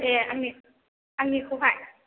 ए आंनि आंनिखौहाय